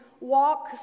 walk